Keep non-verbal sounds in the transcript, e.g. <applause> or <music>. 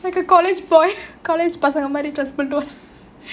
like a college boy <laughs> college பசங்க மாறி:pasanga maari dress பண்ணிட்டு வருவாங்க:pannittu varuvaanga <laughs>